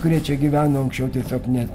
kurie čia gyveno anksčiau tiesiog net